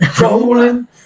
rolling